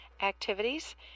activities